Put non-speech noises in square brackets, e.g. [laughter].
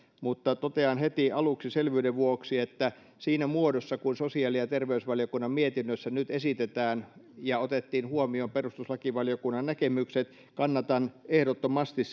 totean heti aluksi selvyyden vuoksi että siinä muodossa kuin sosiaali ja terveysvaliokunnan mietinnössä nyt esitetään ja otettiin huomioon perustuslakivaliokunnan näkemykset kannatan ehdottomasti [unintelligible]